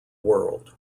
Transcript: world